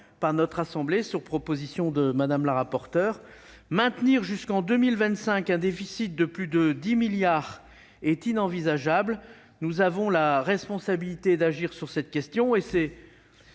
par notre assemblée, sur la proposition de Mme la rapporteure générale : maintenir jusqu'en 2025 un déficit de plus de 10 milliards d'euros est inenvisageable. Nous avons la responsabilité d'agir sur cette question. C'est